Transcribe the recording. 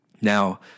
Now